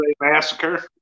massacre